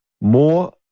more